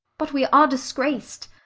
but we are disgraced.